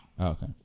Okay